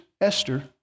Esther